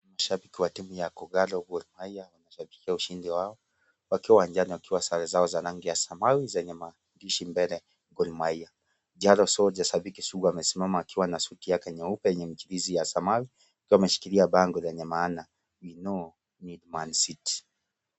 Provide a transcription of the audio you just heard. Shabiki wa timu ya Kogalo Gor Mahia anashabikia ushindi wao, wakiwa uwanjani wakiwa na sare zao za rangi ya samawi zenye maandishi mbele Gor mahia. Kijana soja shabiki sugu amesimama akiwa na suti yake nyeupe yenye michirizi ya samawi, akiwa ameshikilia bango lenye maana we now need mancity .